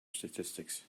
statistics